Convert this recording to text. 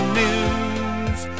news